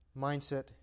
mindset